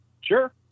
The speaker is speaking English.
Sure